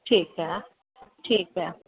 ठीकु आहे ठीकु आहे